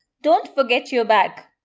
don't forget you bag!